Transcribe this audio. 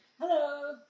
Hello